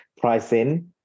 pricing